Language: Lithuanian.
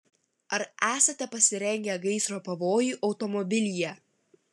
ar esate pasirengę gaisro pavojui automobilyje